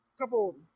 couple